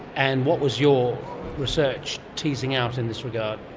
and what was your research teasing out in this regard?